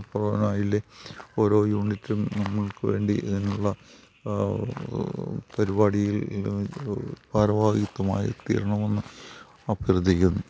ഇപ്പോളായില്ലേ ഓരോ യൂണിറ്റും നമ്മൾക്ക് വേണ്ടി അതിനുള്ള പരിപാടികൾ ഭാരവാഹിത്തമായി തീരണമെന്ന് അഭ്യർത്ഥിക്കുന്നു